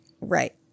right